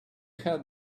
had